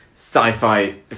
Sci-fi